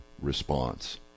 response